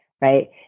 right